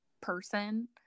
person